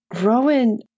Rowan